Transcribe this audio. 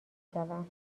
شوم